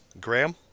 Graham